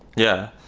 yeah.